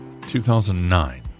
2009